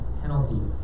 penalty